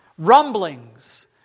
rumblings